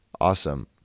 Awesome